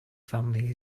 family